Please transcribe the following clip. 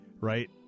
right